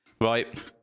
Right